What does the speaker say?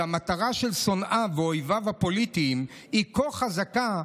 שהמטרה של שונאיו או אויביו הפוליטיים היא כה חזקה,